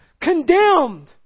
condemned